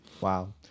wow